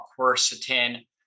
quercetin